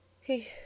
He